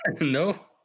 No